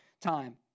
time